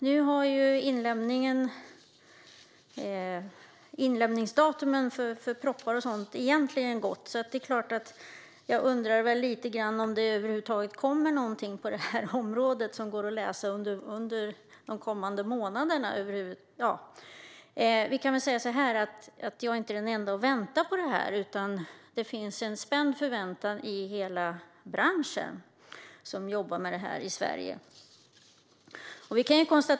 Nu har sista datum för inlämning av propositioner passerat, så därför undrar jag om det över huvud taget kommer något på detta område som går att läsa under de kommande månaderna. Jag är inte den enda som väntar på detta, utan det finns en spänd förväntan i hela denna bransch i Sverige.